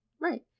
Right